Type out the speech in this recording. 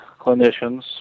clinicians